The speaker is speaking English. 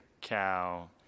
cow